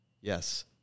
Yes